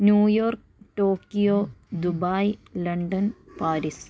New York Tokyo Dubai London Paris